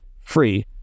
free